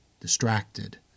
distracted